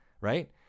Right